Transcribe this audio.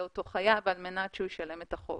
אותו חייב על מנת שהוא ישלם את החוב.